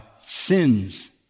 sins